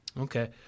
Okay